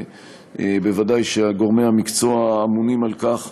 וודאי שגורמי המקצוע האמונים על כך